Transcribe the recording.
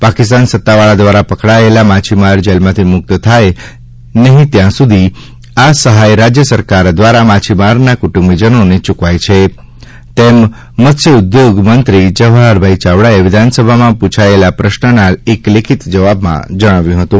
પાકિસ્તાન સત્તાવાળા દ્વારા પકડાયેલા માછીમાર જેલમાંથી મુક્ત થાય ત્યાં સુધી આ સહાય રાજય સરકાર દ્વારા માછીમારના કુટુંબીજનોને ચૂકવાય છે તેમ મત્સ્યઉદ્યોગમંત્રીશ્રી જવાહરભાઇ ચાવડાએ વિધાનસભામાં પૂછાયેલા પ્રશ્નના લેખિત જવાબમાં જણાવ્યું હતું